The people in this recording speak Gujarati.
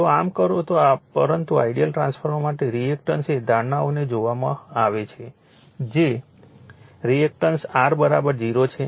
જો આમ કરો તો પરંતુ આઇડીઅલ ટ્રાન્સફોર્મર માટે રિએક્ટન્સ એ ધારણાઓને જોવામાં આવે છે જે રિએક્ટન્સ R 0 છે